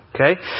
Okay